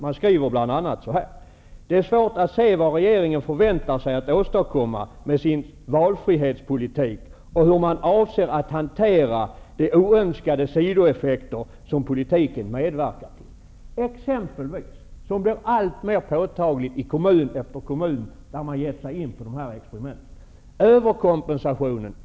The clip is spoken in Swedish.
Man skriver bl.a. så här: Det är svårt att se vad regeringen förväntar sig att åstadkomma med sin valfrihetspolitik och hur man avser att hantera de oönskade sidoeffekter som politiken medverkar till. Ett exempel som blir alltmer påtagligt i kommun efter kommun där man gett sig in på dessa experiment är överkompensationen.